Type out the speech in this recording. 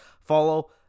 Follow